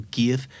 give